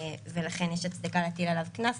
ולכן יש הצדקה להטיל עליו קנס.